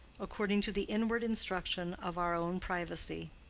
according to the inward instruction of our own privacy.